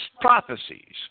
prophecies